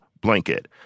blanket